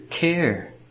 care